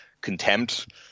contempt